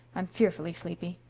i'm fearfully sleepy.